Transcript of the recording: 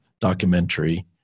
documentary